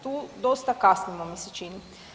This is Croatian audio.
Tu dosta kasnimo mi se čini.